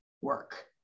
work